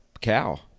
cow